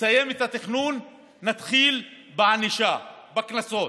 נסיים את התכנון, נתחיל בענישה, בקנסות.